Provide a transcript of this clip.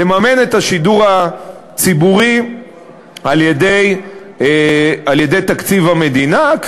לממן את השידור הציבורי על-ידי תקציב המדינה,